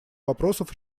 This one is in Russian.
вопросов